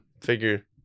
Figure